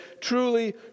truly